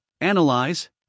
analyze